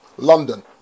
London